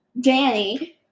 Danny